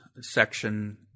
section